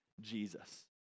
Jesus